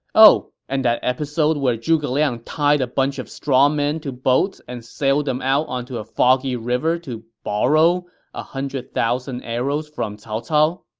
oh, and that episode where zhuge liang tied a bunch of strawmen to boats and sailed them out onto a foggy river to borrow one ah hundred thousand arrows from cao cao?